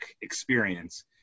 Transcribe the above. experience